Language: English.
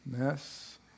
Yes